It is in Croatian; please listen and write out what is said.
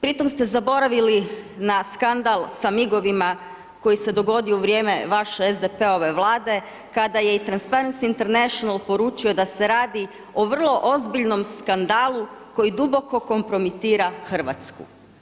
Pri tome ste zaboravili na skandal sa migovima koji se dogodio u vrijeme vaše SDP-ove Vlade kada je i Transparency International poručio da se radi o vrlo ozbiljnom skandalu koji duboko kompromitira RH.